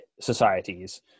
societies